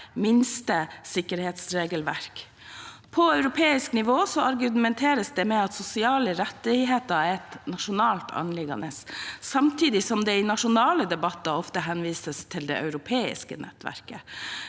minstesikkerhetsregelverk. På europeisk nivå argumenteres det med at sosiale rettigheter er et nasjonalt anliggende, samtidig som det i nasjonale debatter ofte henvises til det europeiske regelverket.